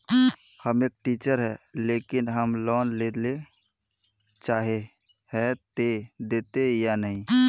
हम एक टीचर है लेकिन हम लोन लेले चाहे है ते देते या नय?